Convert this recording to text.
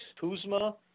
Kuzma